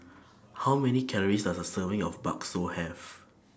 How Many Calories Does A Serving of Bakso Have